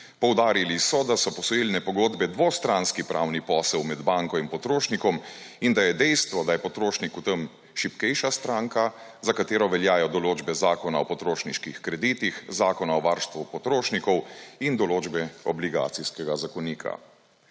Poudarili so, da so posojilne pogodbe dvostranski pravni posel med banko in potrošnikom in da je dejstvo, da je potrošnik v tem šibkejša stranka, za katero veljajo določbe Zakona o potrošniških kreditih, Zakona o varstvu potrošnikov in določbe Obligacijskega zakonika.